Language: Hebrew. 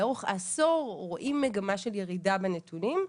לאורך עשור רואים מגמה של ירידה בנתונים,